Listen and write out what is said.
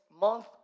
month